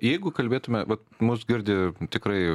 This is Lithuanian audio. jeigu kalbėtume vat mus girdi tikrai